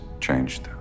changed